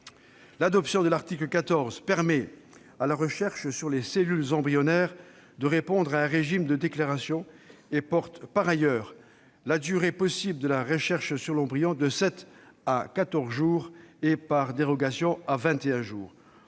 L'adoption de l'article 14 permet à la recherche sur les cellules souches embryonnaires de répondre à un régime de déclaration et porte, par ailleurs, la durée possible de la recherche sur l'embryon de sept à quatorze jours et, par dérogation, à vingt